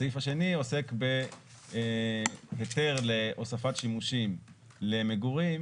הסעיף השני עוסק בהיתר להוספת שימושים למגורים